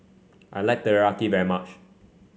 I like Teriyaki very much